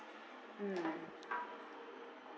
mm